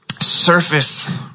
surface